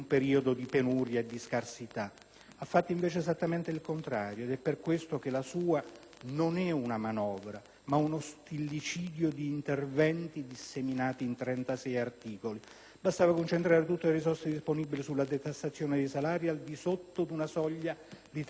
Ha fatto invece esattamente il contrario ed è per questo che la sua non è una manovra, ma uno stillicidio di interventi disseminati in 36 articoli. Bastava concentrare tutte le risorse disponibili sulla detassazione dei salari al di sotto di una soglia di 30.000 euro di reddito.